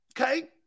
Okay